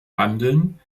handeln